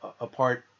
apart